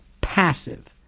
passive